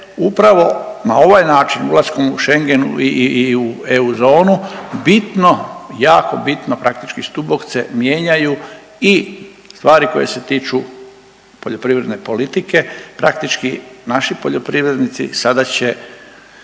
upravo na ovaj način, ulaskom u Schengen i u EU zonu bitno, jako bitno, praktički stubokce mijenjaju i stvari koje se tiču poljoprivredne politike, praktički naši poljoprivrednici sada će